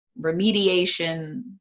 remediation